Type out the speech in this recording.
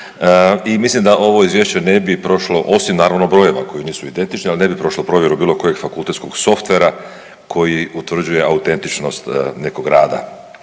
i mislim da ovo izvješće ne bi prošlo, osim naravno brojeva koji nisu identični, ali ne bi prošlo provjeru bilo kojeg fakultetskog softwarea, koji utvrđuje autentičnost nekog rada.